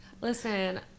Listen